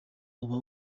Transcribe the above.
uba